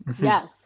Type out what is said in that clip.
Yes